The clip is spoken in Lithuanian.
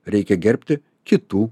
reikia gerbti kitų